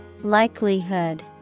Likelihood